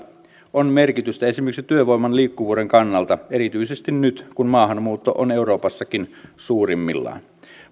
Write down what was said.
on merkitystä esimerkiksi työvoiman liikkuvuuden kannalta erityisesti nyt kun maahanmuutto on euroopassakin suurimmillaan